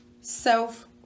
self